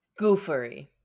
Goofery